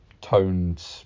Toned